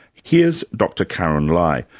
here's dr karyn lai,